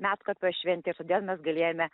medkopio šventei todėl mes galėjome